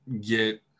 get